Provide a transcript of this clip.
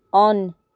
on